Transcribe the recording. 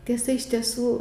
tiesa iš tiesų